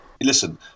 Listen